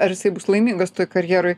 ar jisai bus laimingas toj karjeroj